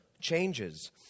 Changes